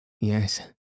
Yes